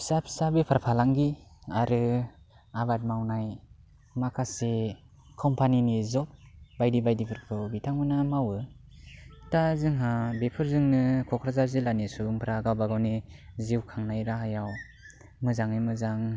फिसा फिसा बेफार फालांगि आरो आबाद मावनाय माखासे कम्पानिनि जब बायदि बायदिफोरखौ बिथांमोना मावो दा जोंहा बेफोरजोंनो क'क्राझार जिल्लानि सुबुंफ्रा गावबा गावनि जिउ खांनाय राहायाव मोजाङै मोजां